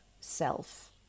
self